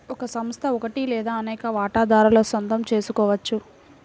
ఒక సంస్థ ఒకటి లేదా అనేక వాటాదారుల సొంతం చేసుకోవచ్చు